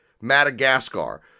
Madagascar